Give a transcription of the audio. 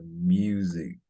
music